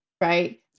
right